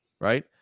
Right